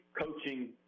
coaching